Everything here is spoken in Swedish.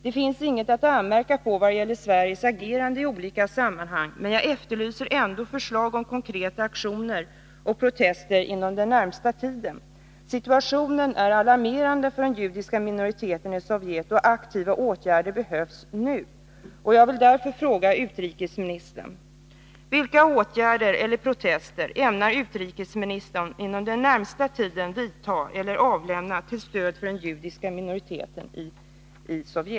Det finns inget att anmärka på Sveriges agerande i olika sammanhang, men jag efterlyser ändå förslag till konkreta aktioner och protester inom den närmaste tiden. Situationen är alarmerande för den judiska minoriteten i Sovjet, och aktiva åtgärder behövs nu.